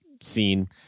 scene